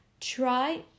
Try